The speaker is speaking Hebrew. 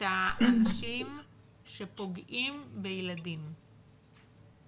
את האנשים שפוגעים בילדים.